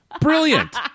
Brilliant